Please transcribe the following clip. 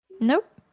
Nope